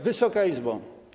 Wysoka Izbo!